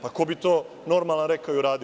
Pa, ko bi to normalan rekao i uradio?